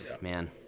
man –